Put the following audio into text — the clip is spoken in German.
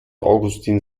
augustin